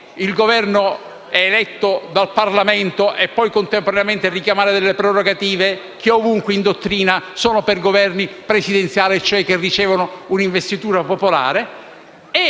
il Governo è eletto dal Parlamento e poi contemporaneamente richiamare delle prerogative che ovunque in dottrina sono attribuite ai Governi presidenziali, che ricevono un'investitura popolare.